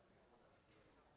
Hvala